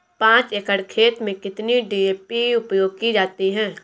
पाँच एकड़ खेत में कितनी डी.ए.पी उपयोग की जाती है?